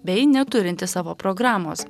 bei neturinti savo programos